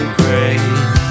grace